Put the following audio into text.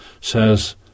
says